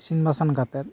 ᱤᱥᱤᱱ ᱵᱟᱥᱟᱝ ᱠᱟᱛᱮᱫ